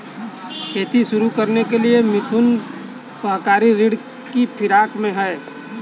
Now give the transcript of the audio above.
खेती शुरू करने के लिए मिथुन सहकारी ऋण की फिराक में है